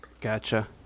Gotcha